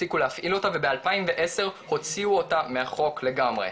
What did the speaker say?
הפסיקו להפעיל אותה וב-2010 הוציאו אותה מהחוק לגמרי.